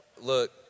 Look